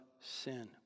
sin